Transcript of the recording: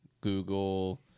Google